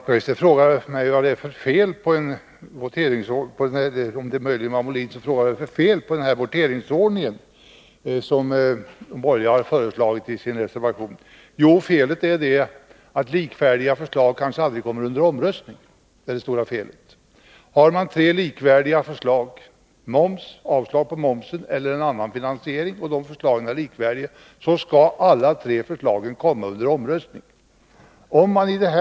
Herr talman! Jag fick frågan vad det är för fel på den voteringsordning som de borgerliga har föreslagit i sin reservation. Det stora felet är att likvärdiga förslag kanske aldrig blir föremål för omröstning. Har man tre likvärdiga förslag — moms, avslag på moms eller en annan finansiering — bör alla dessa tre förslag bli föremål för omröstning.